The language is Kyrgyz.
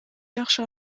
жакшы